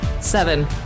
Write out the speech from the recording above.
Seven